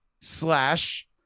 slash